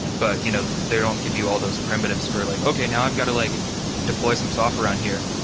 but you know they don't give you all those primitives for like, okay, now i've got to like deploy some software around here.